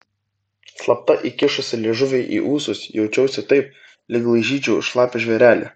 slapta įkišusi liežuvį į ūsus jaučiausi taip lyg laižyčiau šlapią žvėrelį